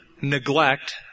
neglect